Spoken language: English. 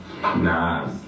Nah